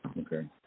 Okay